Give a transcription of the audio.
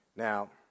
Now